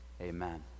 Amen